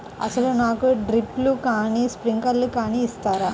అసలు నాకు డ్రిప్లు కానీ స్ప్రింక్లర్ కానీ ఇస్తారా?